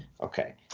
Okay